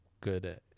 good